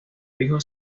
hijo